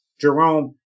Jerome